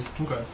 Okay